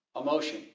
emotion